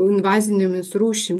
invazinėmis rūšim